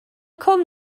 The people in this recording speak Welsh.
cwm